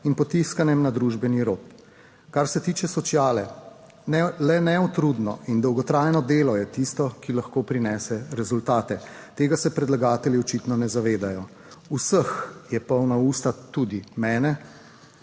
in s potiskanjem na družbeni rob. Kar se tiče sociale. Le neutrudno in dolgotrajno delo je tisto, ki lahko prinese rezultate. Tega se predlagatelji očitno ne zavedajo. Vseh so polna usta, tudi mene,